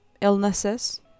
illnesses